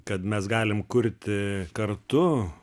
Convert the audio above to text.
kad mes galim kurti kartu